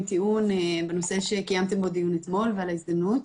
טיעון בנושא שקיימתם בו דיון אתמול ועל ההזדמנות.